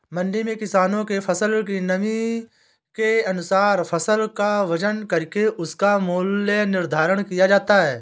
मंडी में किसानों के फसल की नमी के अनुसार फसल का वजन करके उसका मूल्य निर्धारित किया जाता है